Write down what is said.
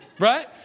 right